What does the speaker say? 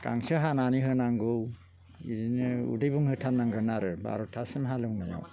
गांसो हानानै होनांगौ बिदिनो उदै बुंहोथारनांगोन आरो बार'थासिम हालेवनायाव